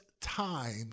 time